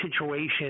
situation